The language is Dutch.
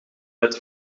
wet